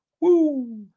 Woo